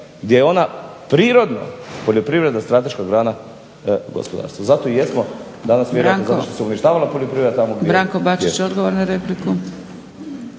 gdje je ona prirodna poljoprivredna strateška grana gospodarstva. Zato i jesmo danas … uništavala poljoprivreda tamo …